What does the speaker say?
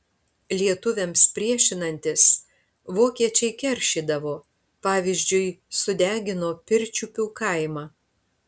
lietuviams priešinantis vokiečiai keršydavo pavyzdžiui sudegino pirčiupių kaimą